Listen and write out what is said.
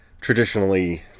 traditionally